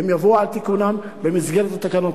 הן יבואו על תיקונן במסגרת התקנות.